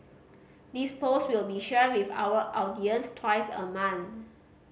this post will be shared with our audience twice a month